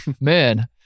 Man